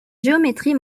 géométrie